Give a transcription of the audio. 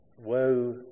woe